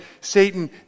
Satan